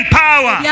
power